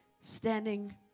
standing